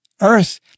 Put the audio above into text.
earth